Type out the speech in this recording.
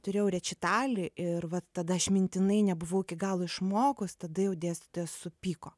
turėjau rečitalį ir va tada aš mintinai nebuvau iki galo išmokus tada jau dėstytojas supyko